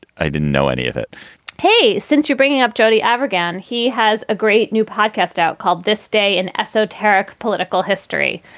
i didn't know any of it hey, since you're bringing up jodi aragon, he has a great new podcast out called this day and esoteric political history,